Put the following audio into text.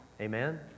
Amen